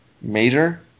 major